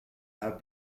have